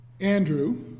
Andrew